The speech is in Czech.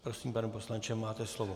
Prosím, pane poslanče, máte slovo.